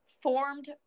formed